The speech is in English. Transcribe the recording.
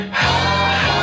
high